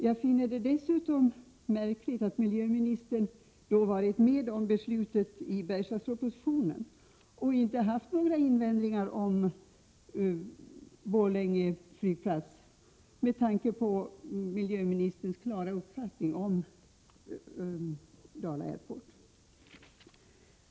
Jag finner det dessutom märkligt att miljöministern varit med om beslutet i Bergslagspropositionen och inte haft några invändningar mot Borlänge flygplats — med tanke på miljöministerns klara uppfattning om Dala Airport.